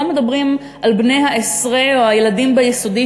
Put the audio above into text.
מדברים על בני העשרה או הילדים ביסודי,